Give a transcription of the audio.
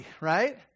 right